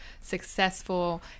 successful